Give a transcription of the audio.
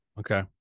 Okay